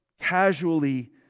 casually